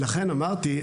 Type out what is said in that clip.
לכן אמרתי,